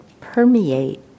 permeate